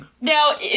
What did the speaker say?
now